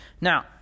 Now